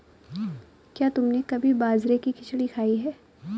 क्या तुमने कभी बाजरे की खिचड़ी खाई है?